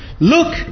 Look